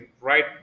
right